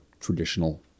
traditional